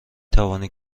توانی